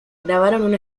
grabaron